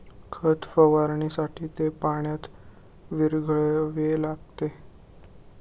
खत फवारणीसाठी ते पाण्यात विरघळविले जाते